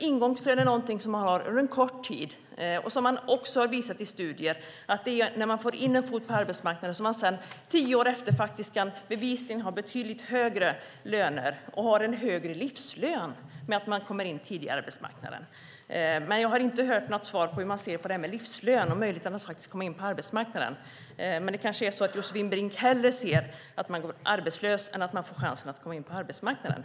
Ingångslön är något som man har under en kort tid. Studier har visat att när man får in en fot på arbetsmarknaden har man tio år senare bevisligen betydligt högre lön. Man får en högre livslön om man kommer in tidigare på arbetsmarknaden. Jag har inte hört något svar på hur man ser på frågan om livslön och möjligheten att faktiskt komma in på arbetsmarknaden. Men det är kanske så att Josefin Brink hellre ser att man går arbetslös än att man får chansen att komma in på arbetsmarknaden.